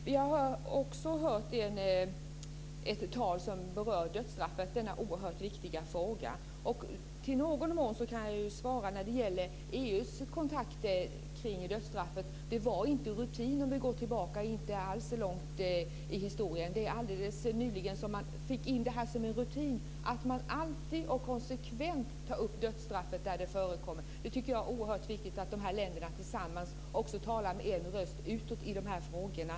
Fru talman! Vi har hört ett tal som berör dödsstraffet, denna oerhört viktiga fråga. I någon mån kan jag svara när det gäller EU:s kontakter i fråga om dödsstraffet. Om vi går inte alltför långt tillbaka i historien var det inte rutin. Det är alldeles nyligen som man fick in det som en rutin att man alltid och konsekvent tar upp frågan om dödsstraffet där det förekommer. Jag tycker att det är oerhört viktigt att de här länderna talar med en röst utåt i de här frågorna.